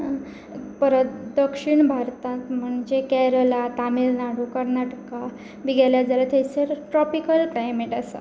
परत दक्षिण भारतांत म्हणजे केरला तामिळनाडू कर्नाटका बी गेले जाल्यार थंयसर ट्रॉपिकल क्लायमेट आसा